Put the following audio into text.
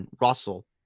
Russell